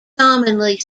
commonly